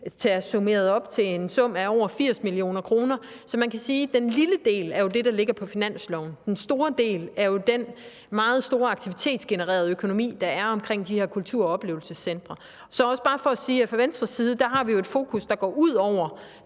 økonomi summeret op til over 80 mio. kr., så man kan sige, at den lille del jo er det, der ligger på finansloven; den store del er jo den meget store aktivitetsgenererede økonomi, der er omkring de her kultur- og oplevelsescentre. Så er det også bare for at sige, at vi fra Venstres side jo har et fokus, der går ud over